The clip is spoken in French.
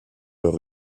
leur